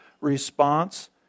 response